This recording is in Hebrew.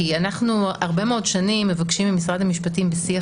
כי אנחנו הרבה מאוד שנים מבקשים ממשרד המשפטים בשיח